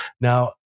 Now